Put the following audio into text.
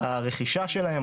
הרכישה שלהם,